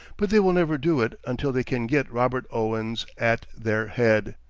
but they will never do it until they can get robert owens at their head,